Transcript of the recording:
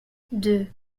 deux